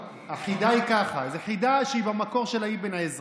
החידה היא ככה, זאת חידה שבמקור היא של אבן עזרא: